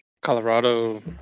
Colorado